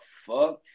fuck